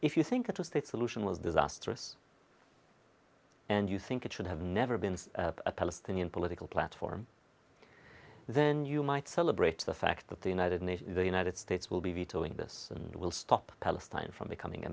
if you think that a state solution was disastrous and you think it should have never been a palestinian political platform then you might celebrate the fact that the united nations the united states will be vetoing this and will stop palestine from becoming a